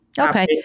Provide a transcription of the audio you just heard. Okay